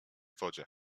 wodzie